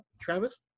Travis